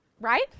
right